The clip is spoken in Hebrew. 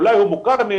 אולי הוא מוכר על